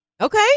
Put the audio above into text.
Okay